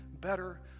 better